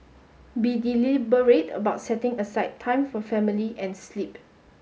be deliberate about setting aside time for family and sleep